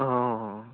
অঁ